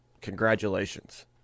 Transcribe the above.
Congratulations